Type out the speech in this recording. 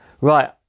Right